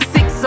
Six